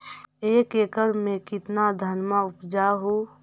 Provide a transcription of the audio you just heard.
एक एकड़ मे कितना धनमा उपजा हू?